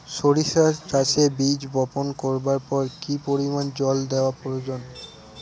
সরিষা চাষে বীজ বপন করবার পর কি পরিমাণ জল দেওয়া প্রয়োজন?